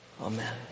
Amen